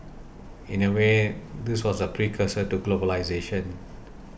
in a way this was the precursor to globalisation